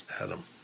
Adam